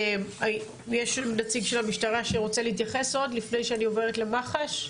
יש נציג של המשטרה שרוצה להתייחס עוד לפני שאני עוברת למח"ש?